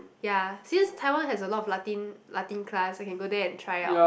ya since Taiwan has a lot of Latin Latin class I can go there and try out